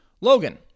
Logan